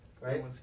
right